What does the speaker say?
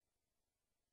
כלכלי?